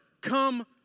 Come